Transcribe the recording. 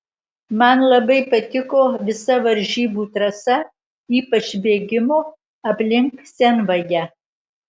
man labai patiko visa varžybų trasa ypač bėgimo aplink senvagę